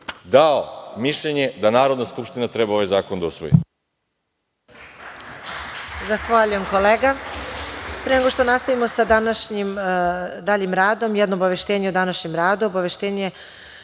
dao mišljenje da Narodna skupština treba ovaj zakon da usvoji. **Marija Jevđić** Zahvaljujem, kolega. Pre nego što nastavimo sa današnjim daljim radom, jedno obaveštenje o današnjem radu, obaveštenje